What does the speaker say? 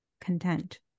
content